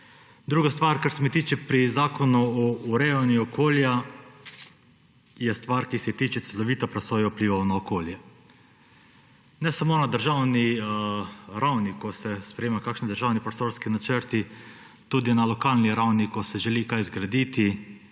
Druga stvar, kar se tiče pri Zakonu o urejanju okolja, je stvar, ki se tiče celovite presoje vplivov na okolje. Ne samo na državni ravni, ko se sprejemajo kakšni državni prostorski načrti, tudi na lokalni ravni, ko se želi kaj zgraditi,